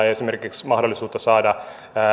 esimerkiksi mahdollisuutta saada